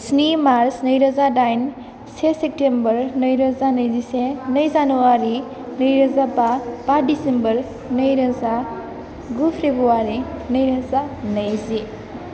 स्नि मार्च नै रोजा दाइन से सेप्तेम्बर नै रोजा नैजिसे नै जानुवारि नैरोजा बा बा डिसिम्बर नै रोजा गु फेब्रुवारि नै रोजा नैजि